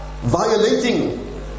violating